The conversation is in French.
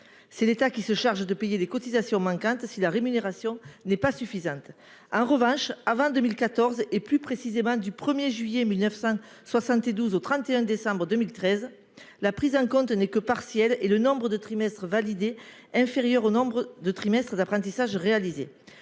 L'État se charge de payer les cotisations manquantes si la rémunération n'est pas suffisante. En revanche, du 1 juillet 1972 au 31 décembre 2013, la prise en compte n'est que partielle et le nombre de trimestres validés inférieur au nombre de trimestres d'apprentissage réalisé.